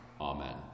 Amen